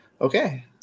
Okay